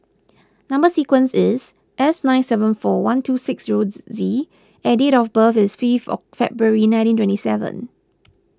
Number Sequence is S nine seven four one two six zero Z and date of birth is fifth of February nineteen twenty seven